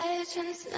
Legends